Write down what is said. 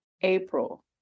April